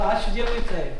ačiū dievui taip